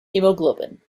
hemoglobin